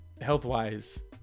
Health-wise